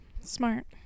Smart